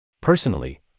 Personally